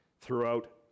throughout